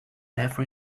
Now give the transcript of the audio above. every